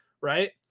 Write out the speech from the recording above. right